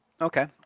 okay